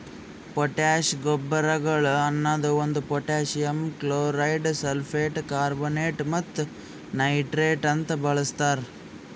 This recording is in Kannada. ಪೊಟ್ಯಾಶ್ ಗೊಬ್ಬರಗೊಳ್ ಅನದು ಒಂದು ಪೊಟ್ಯಾಸಿಯಮ್ ಕ್ಲೋರೈಡ್, ಸಲ್ಫೇಟ್, ಕಾರ್ಬೋನೇಟ್ ಮತ್ತ ನೈಟ್ರೇಟ್ ಅಂತ ಬಳಸ್ತಾರ್